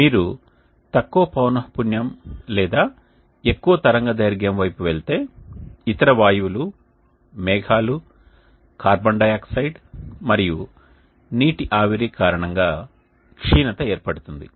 మీరు తక్కువ పౌనఃపున్యం లేదా ఎక్కువ తరంగదైర్ఘ్యం వైపు వెళితే ఇతర వాయువులు మేఘాలు కార్బన్ డయాక్సైడ్ మరియు నీటి ఆవిరి కారణంగా క్షీణత ఏర్పడుతుంది